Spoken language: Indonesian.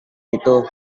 itu